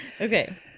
Okay